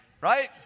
right